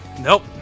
Nope